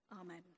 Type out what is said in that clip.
Amen